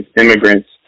immigrants